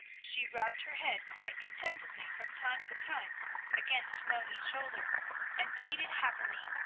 she rubbed her head quite contentedly from time to time against moni's shoulder and bleated happily.